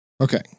okay